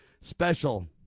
Special